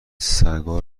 سگا